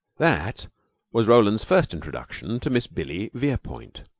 that was roland's first introduction to miss billy verepoint.